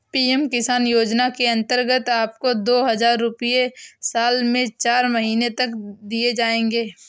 PM Kisan योजना के अंतर्गत आपको दो हज़ार रुपये साल में चार महीने तक दिए जाएंगे